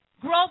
Growth